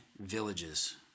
villages